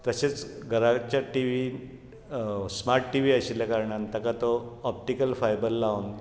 तशेंच घरांच्या टिवीन स्मार्ट टिवी आशिल्या कारणान ताका तो ऑपटीकल फायबर लावन